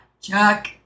Chuck